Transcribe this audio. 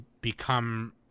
become